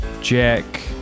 Jack